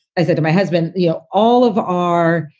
i said to my husband, you know, all of our,